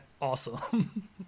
awesome